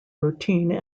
routine